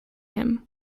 him